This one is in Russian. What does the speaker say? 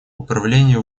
управление